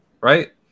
right